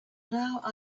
now